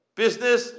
business